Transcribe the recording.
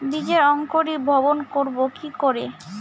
বীজের অঙ্কোরি ভবন করব কিকরে?